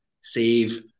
save